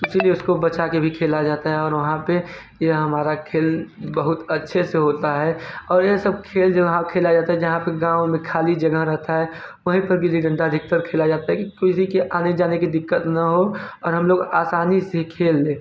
किसी किसी को बचा के भी खेला जाता है और वहाँ पे यह हमारा खेल बहुत अच्छे से होता है और यह सब खेल जो वहाँ खेला जाता है जहाँ पे गाँव मे खाली जगह रहता है वहीं पर गिल्ली डंडा अधिकतर खेला जाता है कि किसी के आने जाने की दिक्कत न हो और हम लोग आसानी से खेल ले